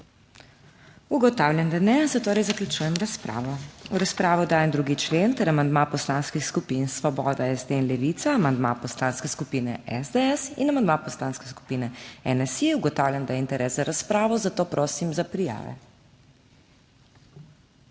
Ugotavljam, da ne, zatorej zaključujem razpravo. V razpravo dajem 2. člen ter amandma poslanskih skupin Svoboda, SD in Levica, amandma Poslanske skupine SDS in amandma Poslanske skupine NSi. Ugotavljam, da je interes za razpravo, zato prosim za prijave.